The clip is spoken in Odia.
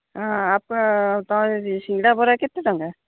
ହଁ ଆପଣ ସିଙ୍ଗଡ଼ା ବରା କେତେ ଟଙ୍କା